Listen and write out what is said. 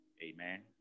amen